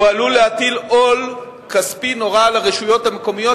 הוא עלול להטיל עול כספי נורא על הרשויות המקומיות,